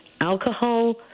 alcohol